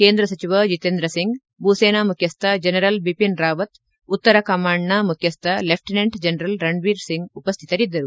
ಕೇಂದ್ರ ಸಚಿವ ಜಿತೇಂದ್ರ ಸಿಂಗ್ ಭೂಸೇನಾ ಮುಖ್ಯಸ್ವ ಜನರಲ್ ಬಿಪಿನ್ ರಾವತ್ ಉತ್ತರ ಕಮಾಂಡ್ನ ಮುಖ್ಯಸ್ವ ಲೆಫ್ಟಿನೆಂಟ್ ಜನರಲ್ ರಣಬೀರ್ ಸಿಂಗ್ ಉಪಸ್ಟಿತರಿದ್ದರು